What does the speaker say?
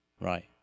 Right